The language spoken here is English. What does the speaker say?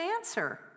answer